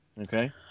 Okay